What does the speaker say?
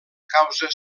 causes